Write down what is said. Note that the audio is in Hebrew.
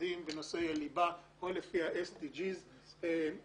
מהמשרדים בנושאי הליבה, או לפי ה-SDGs, תוכנית